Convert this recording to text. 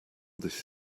this